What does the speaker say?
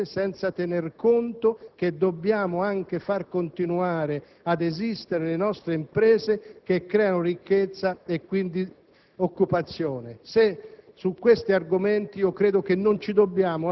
Non possiamo pensare di salvaguardare l'ambiente senza tener conto che dobbiamo anche far continuare ad esistere le nostre imprese che creano ricchezza e quindi